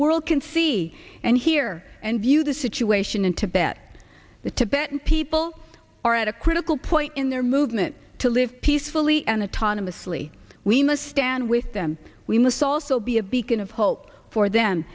world can see and hear and view the situation in tibet the tibetan people are at a critical point in their movement to live peacefully and autonomy asli we must stand with them we must also be a beacon of hope for them